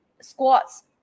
squats